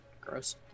Gross